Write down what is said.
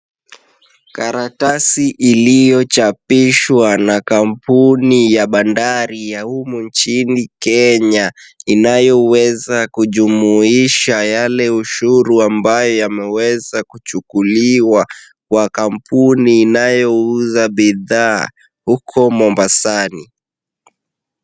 Karatasi iliyochapishwa na kampuni ya bandari ya humu nchini Kenya, inayoweza kujumuisha yale ushuru ambayo yameweza kuchukuliwa kwa kampuni inayouza bidhaa huko Mombasani.